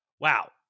Wow